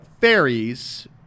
fairies